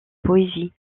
poésie